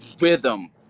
rhythm